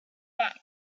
back